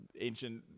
ancient